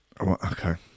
Okay